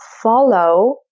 follow